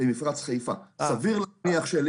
יש כאלה שעושים גם חישובים של ערך של